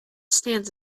stands